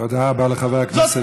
תודה רבה לחבר הכנסת יוסף ג'בארין.